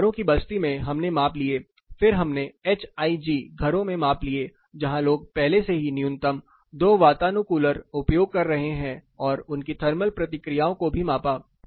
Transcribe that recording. मछुआरों की बस्ती मैं हमने माप लिए फिर हमने एचआईजी घरों में माप लिए जहां लोग पहले से ही न्यूनतम दो वातानुकूलर उपयोग कर रहे हैं और उनकी थर्मल प्रतिक्रियाओं को भी मापा